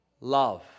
love